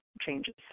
changes